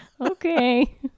okay